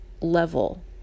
level